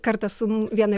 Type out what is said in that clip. kartą su viena